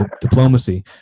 diplomacy